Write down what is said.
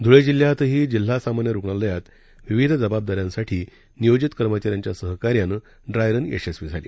धुळे जिल्ह्यातही जिल्हा सामान्य रुग्णालयात विविध जबाबदाऱ्यांसाठी नियोजित कर्मचाऱ्यांच्या सहकार्यानं ड्राय रन यशस्वी झाली